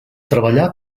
treballà